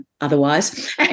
otherwise